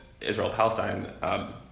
Israel-Palestine